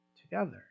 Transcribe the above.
together